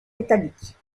métallique